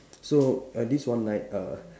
so uh this one night uh